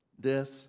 death